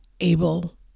able